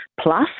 plus